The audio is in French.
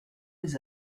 des